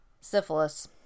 Syphilis